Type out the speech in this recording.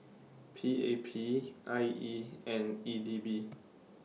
P A P I E and E D B